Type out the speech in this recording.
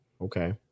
Okay